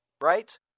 right